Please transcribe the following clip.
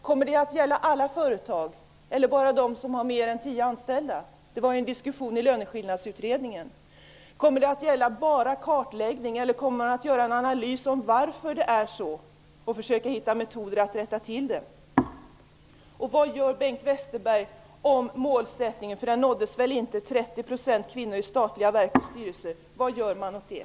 Kommer det att gälla alla företag eller bara de som har mer än tio anställda? Det hölls en diskussion i Löneskillnadsutredningen om det. Kommer det bara att gälla kartläggning, eller kommer man att göra en analys av varför det är som det är och försöka hitta metoder att rätta till det? Vad gör Bengt Westerberg åt målsättningen att det skall finnas 30 % kvinnor i statliga verk och styrelser? Den nåddes väl inte.